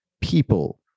people